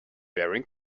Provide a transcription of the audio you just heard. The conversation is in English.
wearing